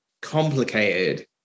complicated